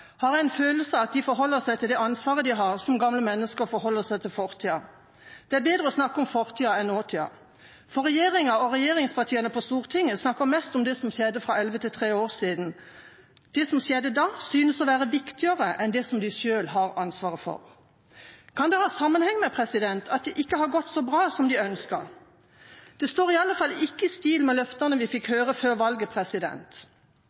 har jeg hatt en følelse av at de forholder seg til det ansvaret de har, som gamle mennesker forholder seg til fortida. Det er bedre å snakke om fortida enn nåtida. For regjeringa og regjeringspartiene på Stortinget snakker mest om det som skjedde fra for elleve til tre år siden. Det som skjedde da, synes å være viktigere enn det de selv har ansvaret for. Kan det ha sammenheng med at det ikke har gått så bra som de ønsker? Det står i alle fall ikke i stil med løftene vi fikk